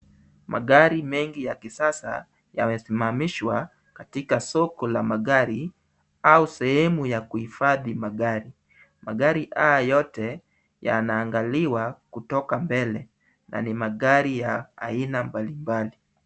Magari mengi ya kisasa yamesimamishwa katika soko la magari au sehemu ya kuhifadhi magari. Magari haya yote yanaangaliwa kutoka mbele na ni magari ya aina mbalimbali.